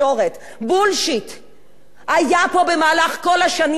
היה פה כל השנים האלה ג'יהאד טוטליטרי